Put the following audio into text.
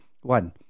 one